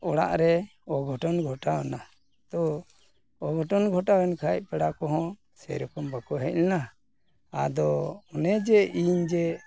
ᱚᱲᱟᱜ ᱨᱮ ᱚᱜᱷᱚᱴᱚᱱ ᱜᱷᱚᱴᱟᱣ ᱮᱱᱟ ᱛᱚ ᱚᱜᱷᱚᱴᱚᱱ ᱜᱷᱟᱴᱚᱟᱣ ᱮᱱᱠᱷᱟᱱ ᱯᱮᱲᱟ ᱠᱚᱦᱚᱸ ᱥᱮᱨᱚᱠᱚᱢ ᱵᱟᱠᱚ ᱦᱮᱡ ᱞᱮᱱᱟ ᱟᱫᱚ ᱚᱱᱮ ᱡᱮ ᱤᱧ ᱡᱮ